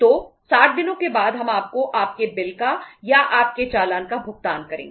तो 60 दिनों के बाद हम आपको आपके बिल का या आपके चालान का भुगतान करेंगे